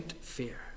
fear